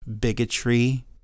bigotry